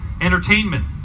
entertainment